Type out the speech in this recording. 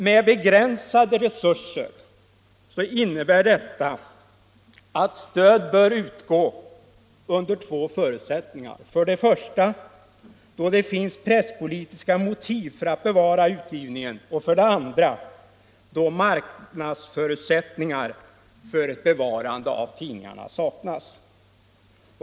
Med begränsade resurser innebär detta att stöd bör utgå under två förutsättningar: för det första då det finns presspolitiska motiv för att bevara utgivningen, för det andra då marknadsförutsättningar för bevarande av tidningarna saknas.